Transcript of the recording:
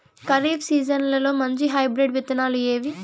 ఖరీఫ్ సీజన్లలో మంచి హైబ్రిడ్ విత్తనాలు ఏవి